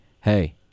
hey